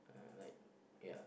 uh like ya